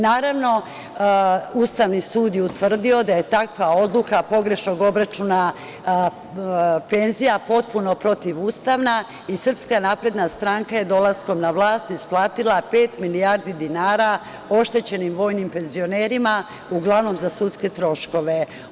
Naravno, Ustavni sud je utvrdio da je takva odluka pogrešnog obračuna penzija potpuno protivustavna i SNS je dolaskom na vlast isplatila pet milijardi dinara oštećenim vojnim penzionerima, uglavnom za sudske troškove.